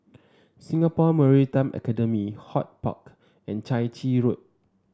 Singapore Maritime Academy HortPark and Chai Chee Road